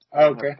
okay